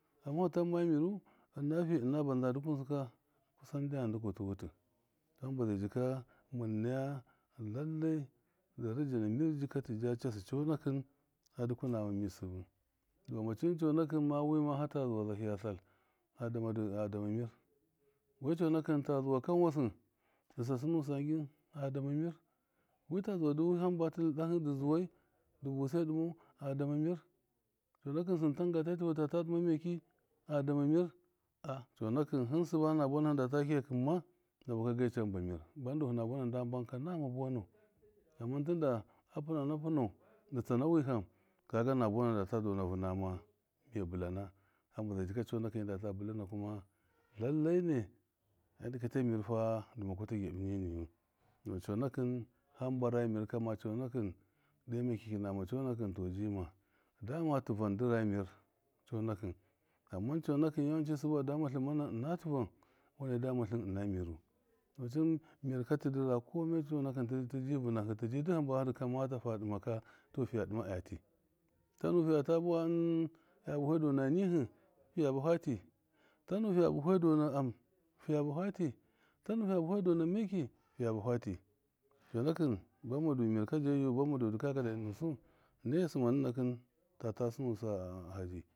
Ama tan ma miru ina fɨ ɨna bandza dukunusɨ ka ndyam ndi kidɨ wutɨ hamba zai jika mɨm naya lallai daraja namir jika tɨja cassɨ cɔnakɨn a dukuna nama dɔmacin cɔnakɨn a dukuna nama dɔmacin cɔnakɨn ma wima harta zuwa zaliya sal, adama dɨ adama mir. wi cɔnakɨn ta zuwa kawasɨ dɨ sasɨnusa ngɨn a dɔrma mir wuta zuwa wihamba tɨdɨ dahɨ dɨ zuwai di busa ɨmau a dama miri cɔnakɨn sɨn tanga ta tiva tata dɨma mɔki a dama mrri cɔnakɨn hɨn sɨbana buwana hɨn data kiya kɨmma na bɨkage cani ba mir bandu hɨna buwana nda mbanika nama buwarisu dɔmin tinda a pɨnana pɨnau dɨ tsana wiham kaga na buwana na data dɔna vɨna ma mi bṫlana hamba zai jika cɔnakɨn midata bɨlana kirma lallai ne a dingi ta mirfa dɨma kudɨ gyabi niniyu, dɔn cɔnakɨn hamba ra mir kama cɔnakɨn de makyaki nama conakṫn to ji ma dama tṫvan dṫ ra mir conakṫn ama conakṫn yawanci sɨbɨ a damatlṫn maman ɨna tivan weme dama tlɨnɨna miru dɔmacɨn mir katɨ dɨra kɔmain cɔnakɨn tidi vɨnahɨ tiji duk hamba dɨ kɔmata fi dɨma katɔ fiya dima a tii tanu fiya bafa ɨn piya bafe dɔna nihṫ fiya bɔfa tii lanu fiya bafe dɔna am fiya bafa tii tanu fiya bafe dɔna mɔki fiya bafa tii, cɔnakɨn bammadu mirka jagu, bamma du dɨkaya ka dadi nusu, nai yasṫma nɨna kɨn tata sɨnusa naji.